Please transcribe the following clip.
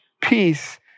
peace